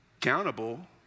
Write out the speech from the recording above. accountable